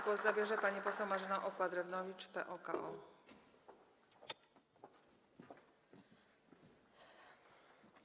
Głos zabierze pani poseł Marzena Okła-Drewnowicz, PO-KO.